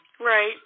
right